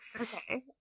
Okay